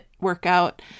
workout